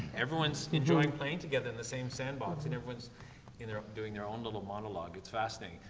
everyone's enjoying playing together in the same sandbox, and everyone's in there doing their own little monologue, it's fascinating.